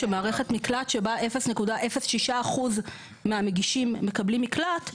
שמערכת מקלט שבה 0.06 אחוזים מהמגישים מקבלים מקלט,